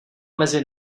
mezi